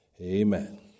Amen